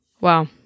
Wow